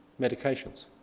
medications